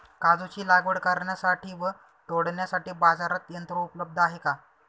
काजूची लागवड करण्यासाठी व तोडण्यासाठी बाजारात यंत्र उपलब्ध आहे का?